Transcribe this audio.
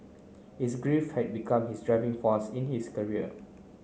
his grief had become his driving force in his career